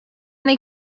they